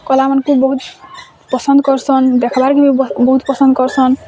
କଲାମାନକୁ ବହୁତ୍ ପସନ୍ଦ୍ କରସନ୍ ଦେଖବାର୍କେ ବି ବହୁତ୍ ପସନ୍ଦ୍ କରସନ୍